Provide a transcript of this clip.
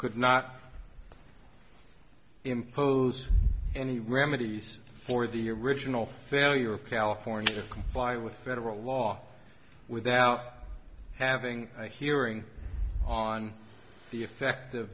could not imposed any remedies for the original failure of california to comply with federal law without having a hearing on the effect of